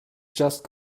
just